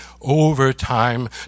overtime